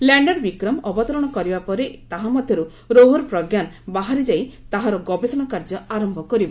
lander Vikram ଅବତରଣ କରିବା ପରେ ତାହା ମଧ୍ୟର୍ ରୋଭର୍ ପ୍ରଜ୍ଞାନ ବାହାରିଯାଇ ତାହାର ଗବେଷଣା କାର୍ଯ୍ୟ ଆରମ୍ଭ କରିବ